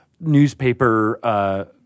newspaper